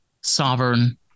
sovereign